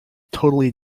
totally